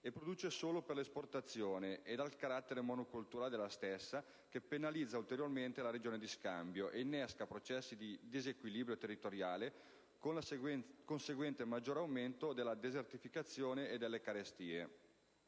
e produce solo per l'esportazione e dal carattere monocolturale della stessa che penalizza ulteriormente la ragione di scambio e innesca processi di disequilibrio territoriale con conseguente maggior aumento della desertificazione e delle carestie.